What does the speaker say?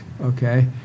okay